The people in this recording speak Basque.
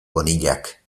bonillak